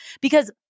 Because-